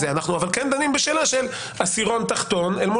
אבל אנחנו כן דנים בשאלה של עשירון תחתון.